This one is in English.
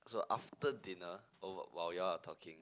so after dinner while while you all are talking